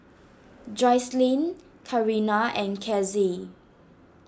Jocelynn Karina and Casie